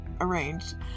arranged